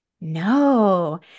no